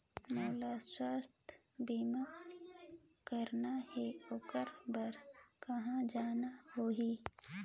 मोला स्वास्थ बीमा कराना हे ओकर बार कहा जाना होही?